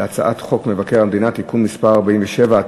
הצעת חוק מבקר המדינה (תיקון מס' 47),